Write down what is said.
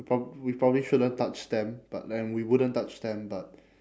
we prob~ we probably shouldn't touch them but then we wouldn't touch them but